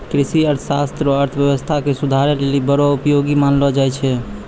कृषि अर्थशास्त्र रो अर्थव्यवस्था के सुधारै लेली बड़ो उपयोगी मानलो जाय छै